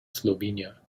slovenia